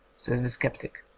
says the sceptic.